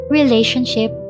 relationship